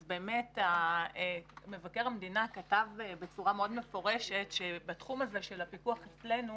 אז באמת מבקר המדינה כתב בצורה מאוד מפורשת שבתחום הזה של הפיקוח אצלנו